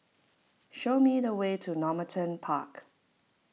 show me the way to Normanton Park